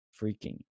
freaking